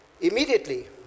immediately